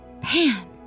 Pan